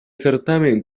certamen